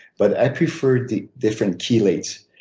but i prefer the different kilates.